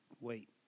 Wait